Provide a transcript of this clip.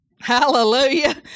Hallelujah